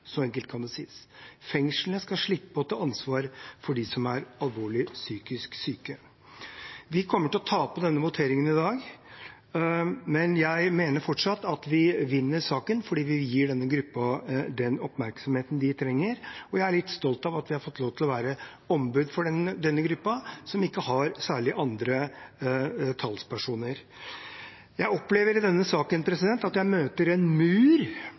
Så enkelt kan det sies: Fengslene skal slippe å ta ansvar for dem som er alvorlig psykisk syke. Vi kommer til å tape voteringen i dag, men jeg mener fortsatt at vi vinner saken, fordi vi gir denne gruppen den oppmerksomheten de trenger. Og jeg er litt stolt av at vi har fått lov til å være ombud for denne gruppen, som ikke har særlig andre talspersoner. Jeg opplever i denne saken at jeg møter en mur